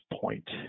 point